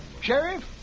Sheriff